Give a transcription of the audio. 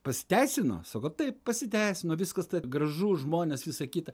pasiteisino sako taip pasiteisino viskas taip gražu žmonės visą kitą